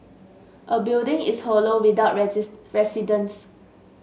a building is hollow without residents